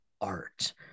art